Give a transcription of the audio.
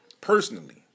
personally